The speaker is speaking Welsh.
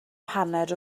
paned